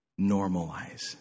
normalize